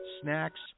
snacks